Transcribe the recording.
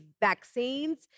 vaccines